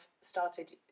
started